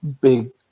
big